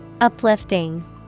Uplifting